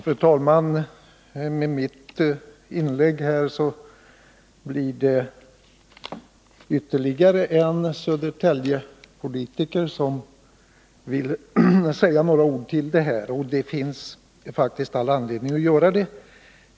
Fru talman! Med mitt inlägg här blir det ytterligare en Södertäljepolitiker som vill säga några ord i detta sammanhang, och det finns faktiskt all anledning att göra det.